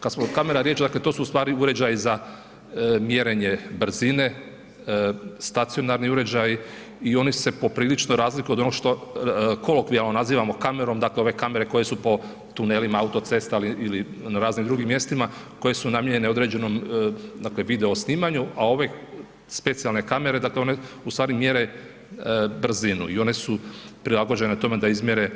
Kad smo kod kamera riječ, dakle to su ustvari uređaji za mjerenje brzine, stacionarni uređaji i oni se poprilično razlikuju od onog što, kolokvijalno nazivamo kamerom, dakle ove kamere koje su po tunelima autocesta ili na raznim drugim mjestima koji su namijenjeni određenom dakle video snimanju, a ove specijalne kamere dakle one u stvari mjere brzinu i one su prilagođene tome da izmjere